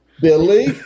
Billy